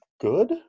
good